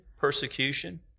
persecution